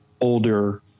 older